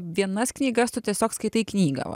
vienas knygas tu tiesiog skaitai knygą